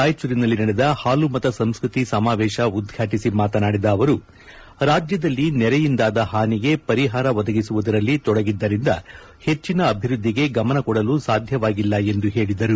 ರಾಯಚೂರಿನಲ್ಲಿ ನಡೆದ ಹಾಲುಮತ ಸಂಸ್ಕತಿ ಸಮಾವೇಶ ಉದ್ಘಾಟಿಸಿ ಮಾತನಾಡಿದ ಅವರು ರಾಜ್ಯದಲ್ಲಿ ನೆರೆಯಿಂದಾದ ಹಾನಿಗೆ ಪರಿಹಾರ ಒದಗಿಸುವುದರಲ್ಲಿ ತೊಡಗಿದ್ದರಿಂದ ಹೆಚ್ಚನ ಅಭಿವೃದ್ದಿಗೆ ಗಮನಕೊಡಲು ಸಾಧ್ಯವಾಗಿಲ್ಲ ಎಂದು ಹೇಳಿದರು